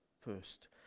first